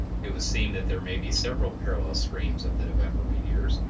it would seem that there may be several parallel streams of the november meteors,